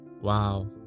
Wow